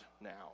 now